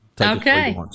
Okay